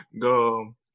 go